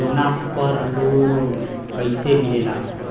सोना पर loan कइसे मिलेला?